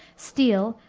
steele,